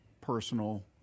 personal